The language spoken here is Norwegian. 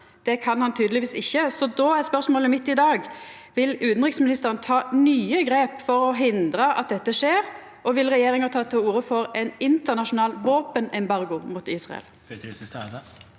Det kan han tydelegvis ikkje. Då er spørsmålet mitt i dag: Vil utanriksministeren ta nye grep for å hindra at dette skjer, og vil regjeringa ta til orde for ein internasjonal våpenembargo mot Israel?